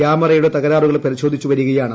കൃാമറയുടെ തകരാറുകൾ പരിശോധിച്ചു വരികയാണ്